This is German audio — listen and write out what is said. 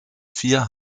vier